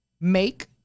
Make